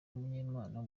umunyempano